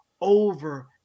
over